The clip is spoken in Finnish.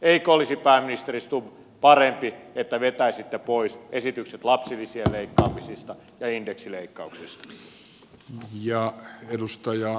eikö olisi pääministeri stubb parempi että vetäisitte pois esitykset lapsilisien leikkaamisista ja indeksileikkauksista